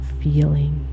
feeling